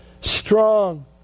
Strong